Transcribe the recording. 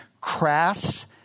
crass